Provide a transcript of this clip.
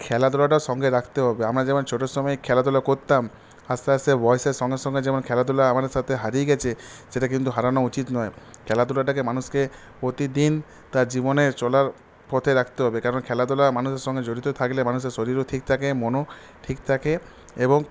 খেলাধুলাটা সঙ্গে রাখতে হবে আমরা যেমন ছোটোর সময় যেমন খেলাধুলা করতাম আস্তে আস্তে বয়েসের সঙ্গে সঙ্গে যেমন খেলাধুলা আমাদের সাথে হারিয়ে গেছে সেটা কিন্তু হারানো উচিত নয় খেলাধুলাটাকে মানুষকে প্রতিদিন তার জীবনের চলার পথে রাখতে হবে কারণ খেলাধুলা মানুষের সঙ্গে জড়িত থাকলে মানুষের শরীরও ঠিক থাকে মনও ঠিক থাকে এবং